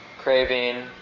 Craving